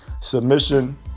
submission